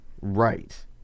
Right